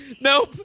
Nope